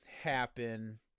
happen